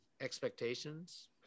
expectations